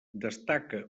destaca